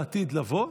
לעתיד לבוא,